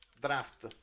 draft